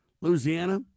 Louisiana